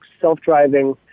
self-driving